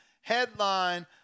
headline